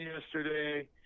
yesterday